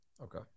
Okay